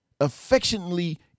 affectionately